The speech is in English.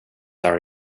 are